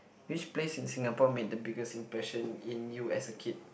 which place in Singapore made the biggest impression in you as a kid